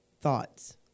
thoughts